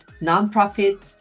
nonprofit